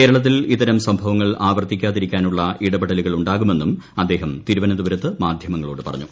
കേരളത്തിൽ ഇത്തരം സംഭവങ്ങൾ ആവർത്തിക്കാതിരിക്കാനുള്ള ഇടപെടലുകൾ ഉണ്ടാകുമെന്നും അദ്ദേഹർ തിരുവനന്തപുരത്ത് മാധ്യമങ്ങളോട് പറഞ്ഞു